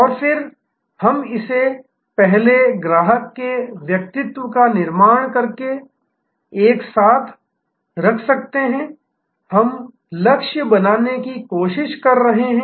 और फिर हम इसे पहले ग्राहक के व्यक्तित्व का निर्माण करके एक साथ रख सकते हैं हम लक्ष्य बनाने की कोशिश कर रहे हैं